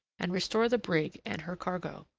and restore the brig and her cargo.